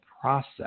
process